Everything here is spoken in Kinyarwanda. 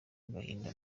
agahinda